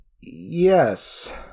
yes